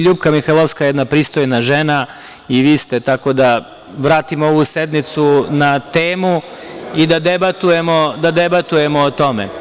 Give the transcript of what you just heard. Ljupka Mihajlovska je jedna pristojna žena i vi ste, pa da vratimo ovu sednicu na temu i da debatujemo o tome.